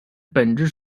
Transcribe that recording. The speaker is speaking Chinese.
本质